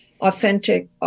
authentic